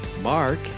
Mark